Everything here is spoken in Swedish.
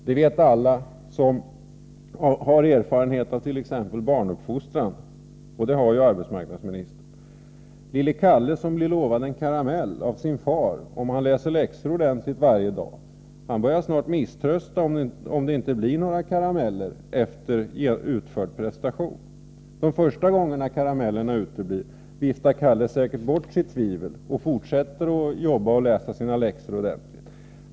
Det vet alla som har erfarenhet av t.ex. barnuppfostran — och det har ju arbetsmarknadsministern. Lille Kalle som blir lovad en karamell av sin far om han läser läxorna ordentligt varje dag börjar snart misströsta, om det inte blir några karameller efter utförd prestation. De första gångerna karamellerna uteblir viftar Kalle säkert bort sitt tvivel och fortsätter att läsa läxorna ordentligt.